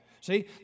See